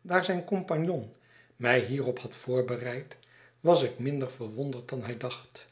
daar zijn compagon mij hierop had voorbereid was ik minder verwonderd dan hij dacht